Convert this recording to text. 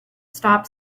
stop